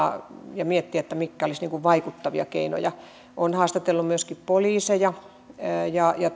ja miettiä mitkä olisivat vaikuttavia keinoja olen haastatellut myöskin poliiseja ja ja